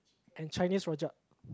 and Chinese rojak